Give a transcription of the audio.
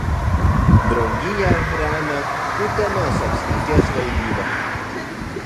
draugiją remia utenos apskrities valdyba